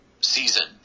season